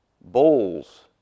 Bowls